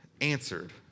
answered